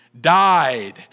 died